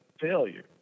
failure